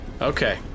Okay